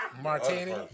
Martini